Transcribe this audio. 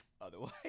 otherwise